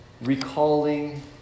recalling